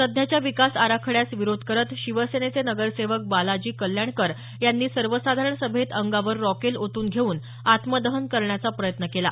सध्याच्या विकास आराखड्यास विरोध करत शिवसेनेचे नगरसेवक बालाजी कल्याणकर यांनी सर्वसाधारण सभेत अंगावर रॉकेल ओतून घेऊन आत्मदहन करण्याचा प्रयत्न केला